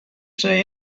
say